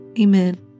Amen